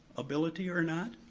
ability or not.